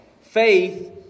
Faith